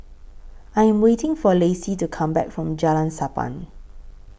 I Am waiting For Lacie to Come Back from Jalan Sappan